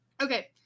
Okay